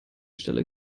stelle